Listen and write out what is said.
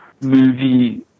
movie